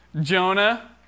Jonah